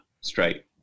straight